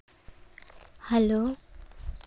hello